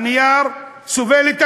הנייר סובל את הכול.